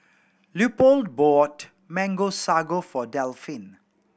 Leopold bought Mango Sago for Delphin